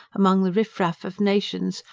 among the riff-raff of nations,